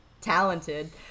talented